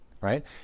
right